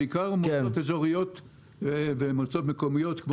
בעיקר מועצות אזוריות ומועצות מקומיות.